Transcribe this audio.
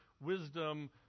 wisdom